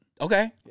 Okay